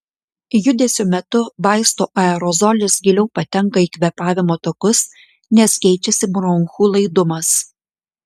judesio metu vaisto aerozolis giliau patenka į kvėpavimo takus nes keičiasi bronchų laidumas